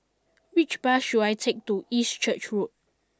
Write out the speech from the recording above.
which bus should I take to East Church Road